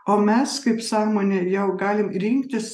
o mes kaip sąmonė jau galim rinktis